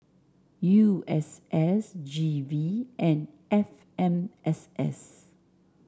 U S S G V and F M S S